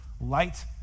light